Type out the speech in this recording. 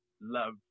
love